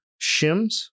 shims